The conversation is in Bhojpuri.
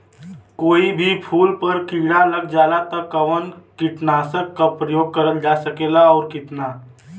कोई भी फूल पर कीड़ा लग जाला त कवन कीटनाशक क प्रयोग करल जा सकेला और कितना?